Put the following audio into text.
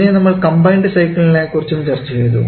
പിന്നെ നമ്മൾ കമ്പൈൻഡ് സൈക്കിളിനെ കുറിച്ച് ചർച്ച ചെയ്തു